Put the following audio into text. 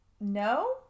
no